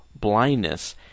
blindness